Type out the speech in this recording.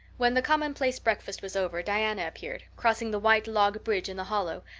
when the commonplace breakfast was over diana appeared, crossing the white log bridge in the hollow,